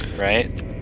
Right